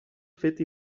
fet